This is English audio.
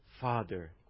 Father